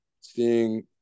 seeing